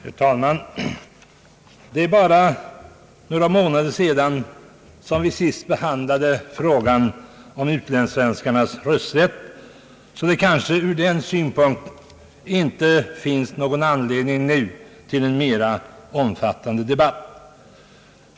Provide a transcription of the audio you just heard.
Herr talman! Det är bara några månader sedan vi senast behandlade frågan om utlandssvenskarnas rösträtt, så det kanske ur den synpunkten inte finns någon anledning nu till en mera omfattande debatt.